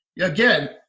Again